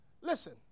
Listen